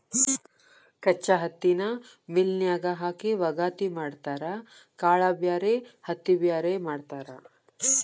ಕಚ್ಚಾ ಹತ್ತಿನ ಮಿಲ್ ನ್ಯಾಗ ಹಾಕಿ ವಗಾತಿ ಮಾಡತಾರ ಕಾಳ ಬ್ಯಾರೆ ಹತ್ತಿ ಬ್ಯಾರೆ ಮಾಡ್ತಾರ